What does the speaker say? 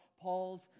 Paul's